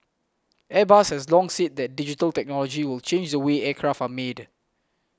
Airbus has long said that digital technology will change the way aircraft are made